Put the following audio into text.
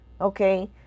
okay